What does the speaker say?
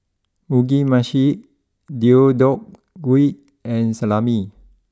Mugi Meshi Deodeok Gui and Salami